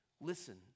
Listen